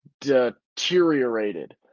deteriorated